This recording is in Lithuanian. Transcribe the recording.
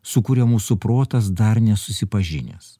su kuria mūsų protas dar nesusipažinęs